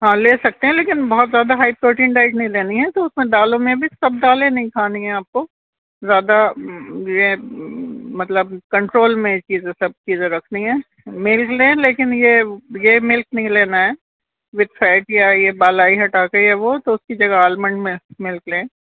ہاں لے سکتے ہیں لیکن بہت زیادہ ہائی پروٹین ڈائٹ نہیں لینی ہے تو اس میں دالوں میں بھی سب دالیں نہیں کھانی ہے آپ کو زیادہ یہ مطلب کنٹرول میں چیزیں سب چیزیں رکھنی ہے ملک لیں لیکن یہ یہ ملک نہیں لینا ہے وت فیٹ یا یہ بالائی ہٹااکے ہے وہ تو اس کی جگہ آلمنڈ ملک لیں